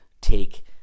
take